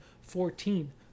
fourteen